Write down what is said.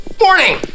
Morning